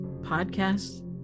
podcasts